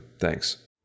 Thanks